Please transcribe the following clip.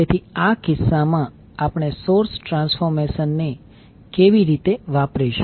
તેથી આ કિસ્સામાં આપણે સોર્સ ટ્રાન્સફોર્મેશન ને કેવી રીતે વાપરીશું